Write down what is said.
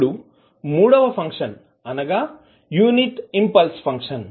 ఇప్పుడు మూడవ ఫంక్షన్ అనగా యూనిట్ ఇంపల్స్ ఫంక్షన్